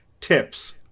tips